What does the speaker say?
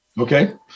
Okay